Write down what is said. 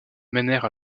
menèrent